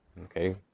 okay